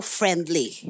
friendly